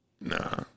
Nah